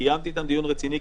קיימתי איתם דיון רציני,